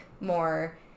more